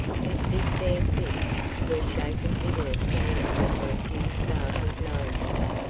whose big bare fists were shaken vigorously under a few startled noses.